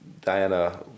Diana